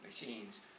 machines